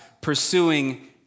pursuing